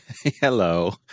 Hello